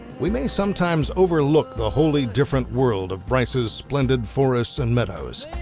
we may sometimes overlook the wholly different world of bryce's splendid forests and meadows.